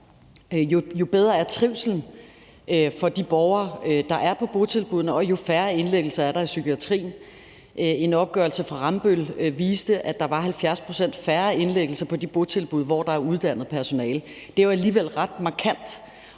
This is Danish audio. jo bedre er trivslen for de borgere, der er på botilbuddene, og jo færre indlæggelser er der i psykiatrien. En opgørelse fra Rambøll viste, at der var 70 pct. færre indlæggelser på de botilbud, hvor der er uddannet personale. Det er jo alligevel ret markant.